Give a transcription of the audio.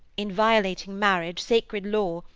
in violating marriage sacred law,